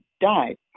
died